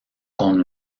con